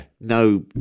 No